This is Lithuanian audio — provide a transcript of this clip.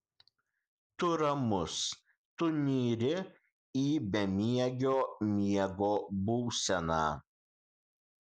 tu ramus tu nyri į bemiegio miego būseną